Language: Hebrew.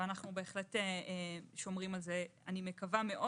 ואנחנו שומרים על זה מאוד, אני מקווה,